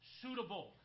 suitable